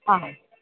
आम्